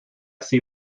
see